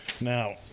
Now